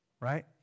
right